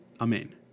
Amen